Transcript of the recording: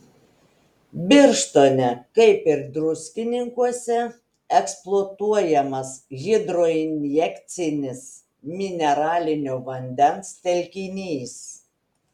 birštone kaip ir druskininkuose eksploatuojamas hidroinjekcinis mineralinio vandens telkinys